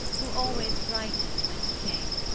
who always brightened when he came.